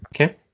okay